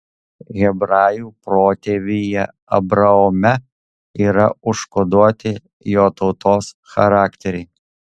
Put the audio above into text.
hebrajų protėvyje abraome yra užkoduoti jo tautos charakteriai